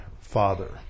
Father